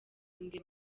ingwe